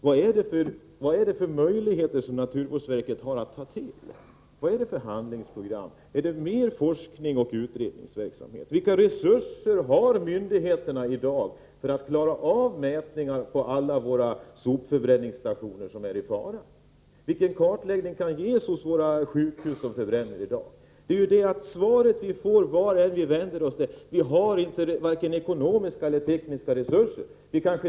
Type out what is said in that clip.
Vad är det då för möjligheter naturvårdsverket har? Vad är det för handlingsprogram verket skall göra? Skall man föreslå mer forskning och utredningsverksamhet? Vilka resurser har myndigheterna i dag att göra mätningar på alla de sopförbränningsstationer där detta är en fara? Vilken kartläggning kan göras av de sjukhus som i dag förbränner? Svaret vi får vart vi än vänder oss är att vi inte har vare sig ekonomiska eller tekniska resurser.